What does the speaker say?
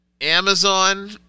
Amazon